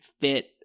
fit